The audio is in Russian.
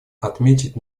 отметить